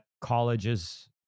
colleges